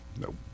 Nope